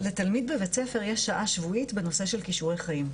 לתלמיד בבית ספר יש שעה שבועית בנושא של כישורי חיים.